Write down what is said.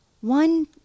One